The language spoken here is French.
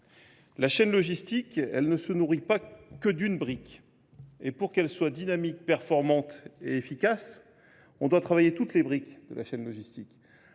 La chaîne logistique, elle ne se nourrit pas que d'une brique. Et pour qu'elle soit dynamique, performante et efficace, on doit travailler toutes les briques de la chaîne logistique.